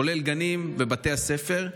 כולל גנים ובתי הספר.